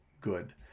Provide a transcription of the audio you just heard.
good